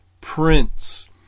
prince